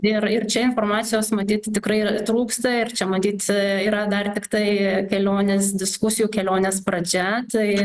ir ir čia informacijos matyt tikrai trūksta ir čia matyt yra dar tiktai kelionės diskusijų kelionės pradžia tai